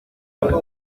venga